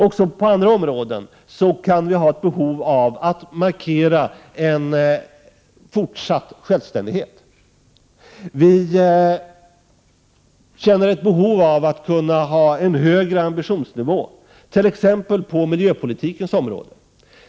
Också på andra områden kan vi ha ett behov av att markera en fortsatt självständighet. Vi känner ett behov av att kunna ha en högre ambitionsnivå t.ex. på miljöpolitikens område.